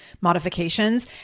modifications